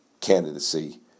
candidacy